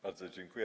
Bardzo dziękuję.